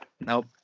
Nope